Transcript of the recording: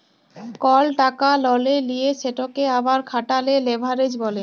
call টাকা ললে লিঁয়ে সেটকে আবার খাটালে লেভারেজ ব্যলে